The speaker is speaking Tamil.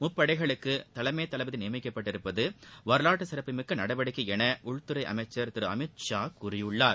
முப்படைகளுக்கு தலைமை தளபதி நியமிக்கப்பட்டிருப்பது வரலாற்று சிறப்புமிக்க நடவடிக்கை என உள்துறை அமைச்சர் திரு அமித்ஷா கூறியுள்ளார்